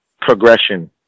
progression